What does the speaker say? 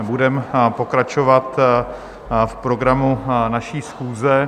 Budeme pokračovat v programu naší schůze.